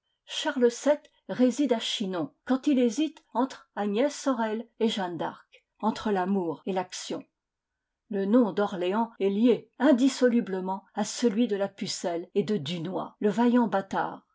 charles vii réside à chinon quand il hésite entre agnès sorel et jeanne d'arc entre l'amour et l'action le nom d'orléans est lié indissolublement à celui de la pucelle et de dunois le vaillant bâtard